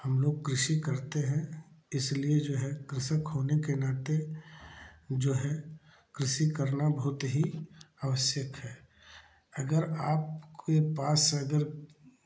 हम लोग कृषि करते हैं इसलिए जो है कृषक होने के नाते जो है कृषि करना बहुत ही आवश्यक है अगर आपके पास अगर